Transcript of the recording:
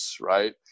right